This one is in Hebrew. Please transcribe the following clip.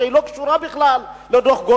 היא לא קשורה בכלל לדוח-גולדסטון.